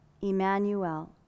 Emmanuel